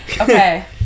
Okay